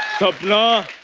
sapna,